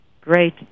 Great